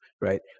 Right